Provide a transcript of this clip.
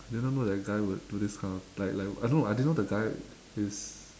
I didn't know that the guy would do this kind of like like I don't know I didn't know the guy is